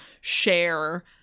share